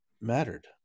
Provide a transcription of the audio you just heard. mattered